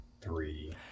Three